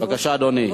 בבקשה, אדוני.